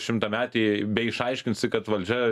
šimtametei beišaiškinsi kad valdžia